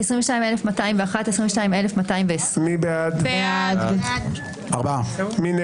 22,221 עד 22,240. מי בעד?